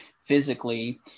physically